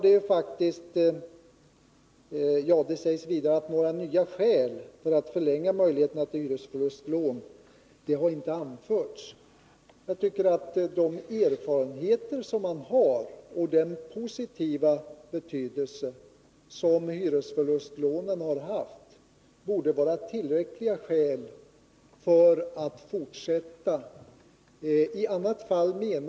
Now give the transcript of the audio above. Det sägs vidare att några nya skäl till att förlänga möjligheterna till hyresförlustlån inte har anförts. Jag tycker att de vunna erfarenheterna och vetskapen om den positiva m.m. betydelse som hyresförlustlånen har haft borde vara tillräckliga skäl för att de skall få finnas också i fortsättningen.